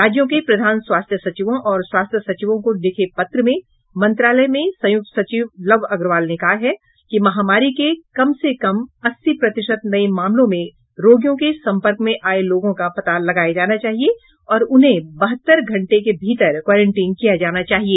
राज्यों के प्रधान स्वास्थ्य सचिवों और स्वास्थ्य सचिवों को लिखे पत्र में मंत्रालय में संयुक्त सचिव लव अग्रवाल ने कहा है कि महामारी के कम से कम अस्सी प्रतिशत नये मामलों में रोगियों के संपर्क में आये लागों का पता लगाया जाना चाहिए और उन्हें बहत्तर घंटे के भीतर क्वारेंटीन किया जाना चाहिए